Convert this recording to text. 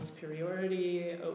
superiority